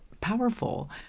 Powerful